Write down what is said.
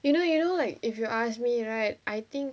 you know you know like if you ask me right I think